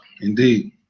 Indeed